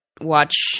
watch